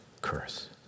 curse